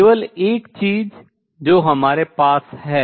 केवल एक चीज जो हमारे पास है